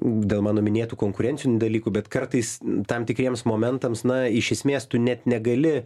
dėl mano minėtų konkurencinių dalykų bet kartais tam tikriems momentams na iš esmės tu net negali